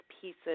pieces